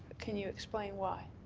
can you explain why.